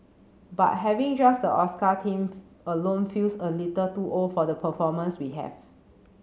but having just the Oscar theme alone feels a little too old for the performers we have